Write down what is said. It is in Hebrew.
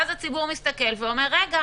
ואז הציבור מסתכל ואומר: רגע,